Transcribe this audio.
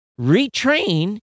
retrain